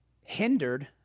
hindered